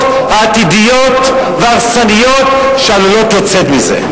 העתידיות וההרסניות שעלולות לצאת מזה.